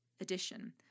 edition